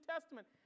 Testament